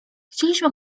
chcieliśmy